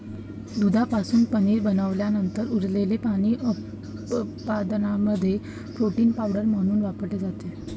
दुधापासून पनीर बनवल्यानंतर उरलेले पाणी उपपदार्थांमध्ये प्रोटीन पावडर म्हणून वापरले जाते